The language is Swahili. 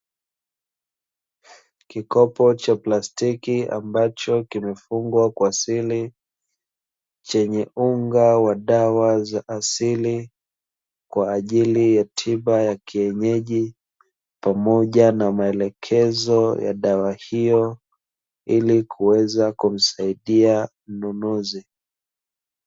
Kikopo cha plastiki, ambacho kimefungwa kwa siri, chenye unga wa dawa za asili kwa ajili ya tiba ya kienyeji, pamoja na maelekezo ya dawa hiyo, ili kuweza kumsaidia mnunuzi.